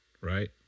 right